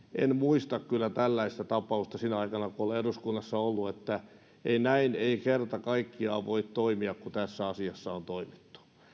en muista kyllä tällaista tapausta siltä ajalta kun olen eduskunnassa ollut näin ei kerta kaikkiaan voi toimia kuin tässä asiassa on toimittu